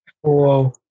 Whoa